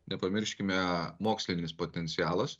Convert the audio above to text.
nepamirškime mokslinis potencialas